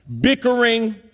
bickering